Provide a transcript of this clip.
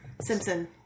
simpson